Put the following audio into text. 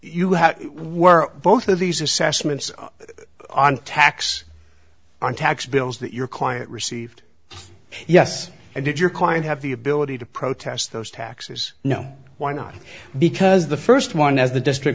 had were both of these assessments on tax on tax bills that your client received yes and did your client have the ability to protest those taxes no why not because the first one as the district